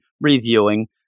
reviewing